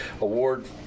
award